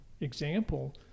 example